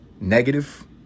negative